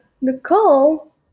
Nicole